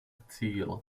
cíl